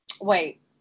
Wait